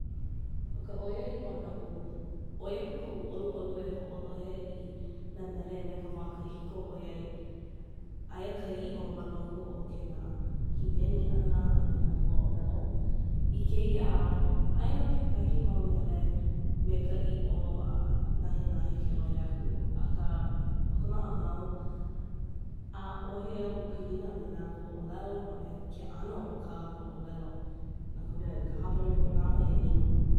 ʻO ka ʻoi aʻiʻo noʻu ʻoi aku kolu e hoʻolohe i nā mele i ka wā kahiko ʻoi ai Aia ka iʻo ma loko o kēlā himeni ʻana a me nā huaʻolelo i kēia ao, ʻae nō kekahi mau mele me ka ʻiʻo a nahenahe ke lohe aku akā o ka maʻamau ʻaʻohe oʻu pilina me nā huaʻolelo a me ke ʻano o kā lākou ʻōlelo no ka mea i ka hapa nui ua lawa he ʻino.